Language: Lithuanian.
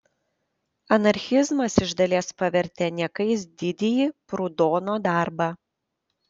anarchizmas iš dalies pavertė niekais didįjį prudono darbą